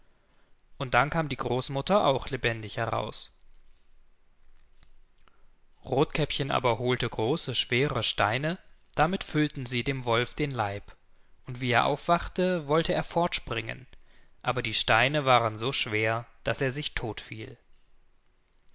und dann kam die großmutter auch lebendig heraus rothkäppchen aber holte große schwere steine damit füllten sie dem wolf den leib und wie er aufwachte wollte er fortspringen aber die steine waren so schwer daß er sich todt fiel